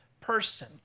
person